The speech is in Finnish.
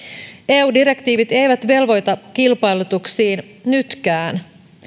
eu direktiivit eivät velvoita kilpailutuksiin nytkään